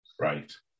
Right